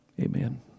Amen